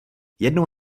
jednou